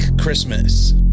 Christmas